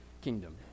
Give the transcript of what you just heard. kingdom